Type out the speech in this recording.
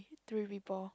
three people